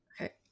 Okay